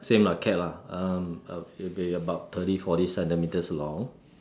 same lah cat lah um it would be about thirty forty centimetres long